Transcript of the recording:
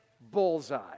bullseye